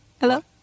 Hello